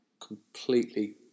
completely